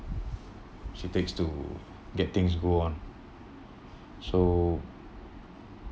she takes to get things go on so